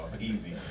Easy